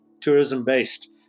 tourism-based